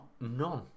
None